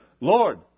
Lord